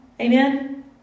Amen